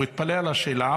הוא התפלא על השאלה,